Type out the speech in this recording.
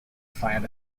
fired